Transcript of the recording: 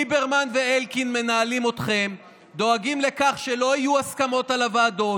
ליברמן ואלקין מנהלים אתכם ודואגים לכך שלא יהיו הסכמות על הוועדות.